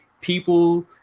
People